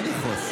לא לכעוס.